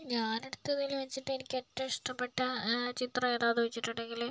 ഞാനെടുത്തതില് വച്ചിട്ട് എനിക്കേറ്റവും ഇഷ്ട്ടപ്പെട്ട ചിത്രം ഏതാന്ന് വച്ചിട്ടുണ്ടെങ്കില്